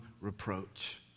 reproach